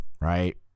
right